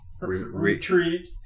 Retreat